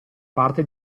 parte